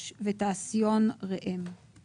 "שכר העבודה היומי" כהגדרתו בתקנות